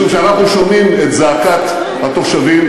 משום שאנחנו שומעים את זעקת התושבים,